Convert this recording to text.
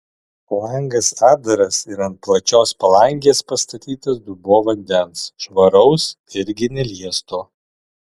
langas atdaras ir ant plačios palangės pastatytas dubuo vandens švaraus irgi neliesto